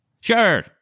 Sure